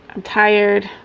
i'm tired.